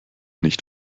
nicht